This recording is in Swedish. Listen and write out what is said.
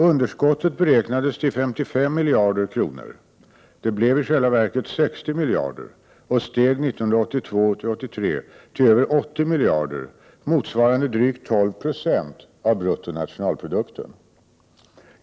Underskottet beräknades till 55 miljarder kronor. Det blev i själva verket 60 miljarder och steg 1982/83 till över 80 miljarder motsvarande drygt 12 96 av BNP.